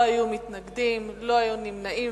לא היו מתנגדים, לא היו נמנעים.